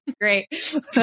Great